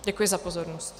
Děkuji za pozornost.